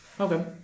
okay